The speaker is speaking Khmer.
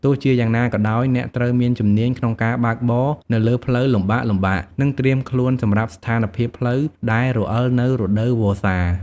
ទោះជាយ៉ាងណាក៏ដោយ អ្នកត្រូវមានជំនាញក្នុងការបើកបរនៅលើផ្លូវលំបាកៗ និងត្រៀមខ្លួនសម្រាប់ស្ថានភាពផ្លូវដែលរអិលនៅរដូវវស្សា។